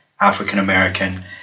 African-American